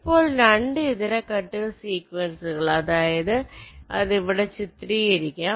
ഇപ്പോൾ 2 ഇതര കട്ട് സീക്വൻസുകൾ അതായത് അത് ഇവിടെ ചിത്രീകരിക്കും